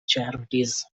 charities